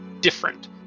different